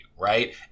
right